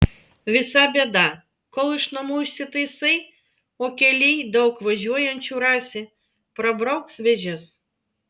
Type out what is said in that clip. visa bėda kol iš namų išsitaisai o kelyj daug važiuojančių rasi prabrauks vėžes